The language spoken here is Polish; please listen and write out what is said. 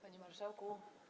Panie Marszałku!